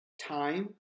time